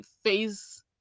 face